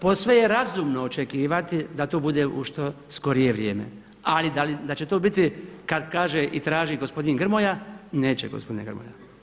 Posve je razumno očekivati da to bude u što skorije vrijeme ali da će to biti kada kaže i traži gospodin Grmoja, neće gospodine Grmoja.